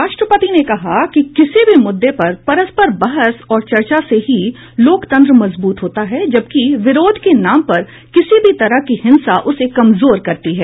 राष्ट्रपति ने कहा कि किसी भी मुद्दे पर परस्पर बहस और चर्चा से ही लोकतंत्र मजबूत होता है जबकि विरोध के नाम पर किसी भी तरह की हिंसा उसे कमजोर करती है